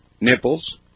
nipples